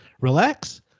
relax